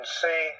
see